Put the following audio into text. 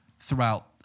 Throughout